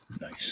Nice